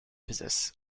possess